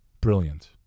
brilliant